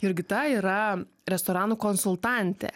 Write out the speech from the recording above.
jurgita yra restoranų konsultantė